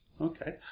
Okay